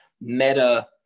meta